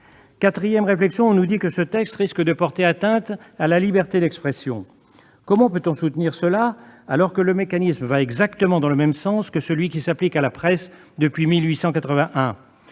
Quatrième réflexion : certains objectent que ce texte risque de porter atteinte à la liberté d'expression. Comment peut-on soutenir cette position, alors que le mécanisme va exactement dans le même sens que celui qui s'applique à la presse depuis 1881 ?